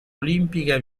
olimpica